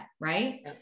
Right